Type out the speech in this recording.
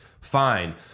Fine